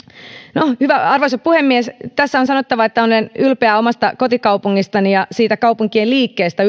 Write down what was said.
arvoisa puhemies tässä on sanottava että olen ylpeä omasta kotikaupungistani ja ylipäänsä siitä kaupunkien liikkeestä